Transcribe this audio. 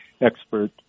expert